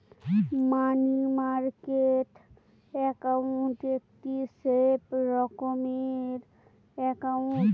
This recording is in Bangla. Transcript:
মানি মার্কেট একাউন্ট একটি সেফ রকমের একাউন্ট